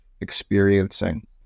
experiencing